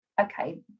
okay